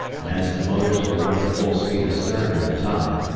and, as the motors were running full speed astern at the time,